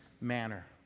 manner